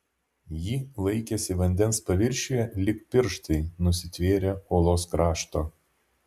ji laikėsi vandens paviršiuje lyg pirštai nusitvėrę uolos krašto